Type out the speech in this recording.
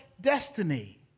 destiny